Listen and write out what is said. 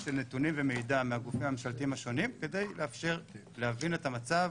של נתונים ומידע מהגופים הממשלתיים השונים כדי לאפשר להבין את המצב,